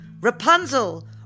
Rapunzel